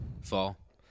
Fall